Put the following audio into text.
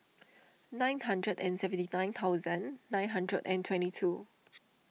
nine hundred and seventy nine thousand nine hundred and twenty two